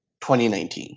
2019